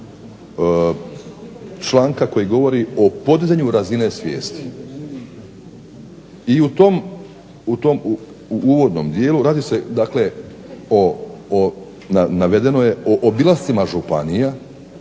članka koji govori o podizanju razine svijesti. I u tom, u uvodnom dijelu radi se dakle o, navedeno je, o obilascima županija,